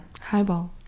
highball